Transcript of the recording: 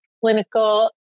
clinical